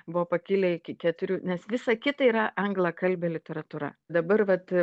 buvo pakilę iki keturių nes visa kita yra anglakalbė literatūra dabar vat